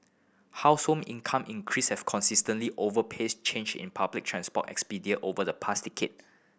household income increase have consistently outpaced change in public transport over the past decade